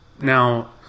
Now